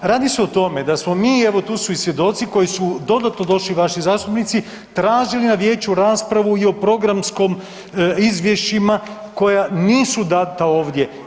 Radi se o tome da smo mi, evo tu su i svjedoci koji su dodatno došli vaši zastupnici tražili na vijeću raspravu i o programskom izvješćima koja nisu data ovdje.